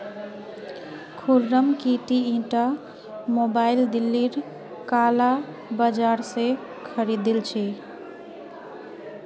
खुर्रम की ती ईटा मोबाइल दिल्लीर काला बाजार स खरीदिल छि